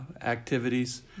activities